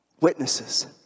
witnesses